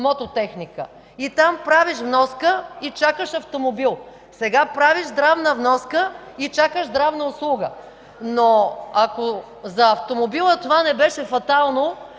„Мототехника”. Там правиш вноска и чакаш автомобил. Сега правиш здравна вноска и чакаш здравна услуга. Но ако за автомобила това не беше фатално,